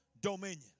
dominion